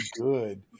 good